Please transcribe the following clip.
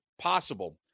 possible